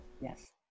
yes